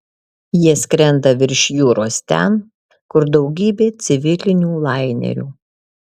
jie skrenda virš jūros ten kur daugybė civilinių lainerių